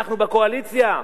אנחנו בקואליציה.